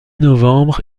novembre